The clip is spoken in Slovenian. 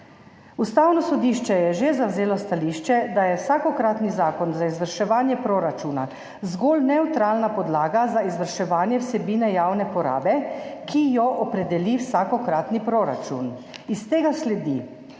Ustavno sodišče je že zavzelo stališče, da je vsakokratni zakon za izvrševanje proračuna zgolj nevtralna podlaga za izvrševanje vsebine javne porabe, ki jo opredeli vsakokratni proračun. Iz tega sledi,